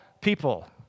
people